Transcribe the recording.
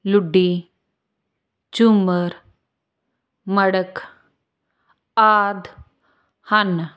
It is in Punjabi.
ਲੁੱਡੀ ਝੁੰਮਰ ਮੜਕ ਆਦਿ ਹਨ